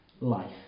life